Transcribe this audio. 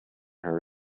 her